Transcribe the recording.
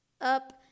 up